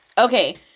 Okay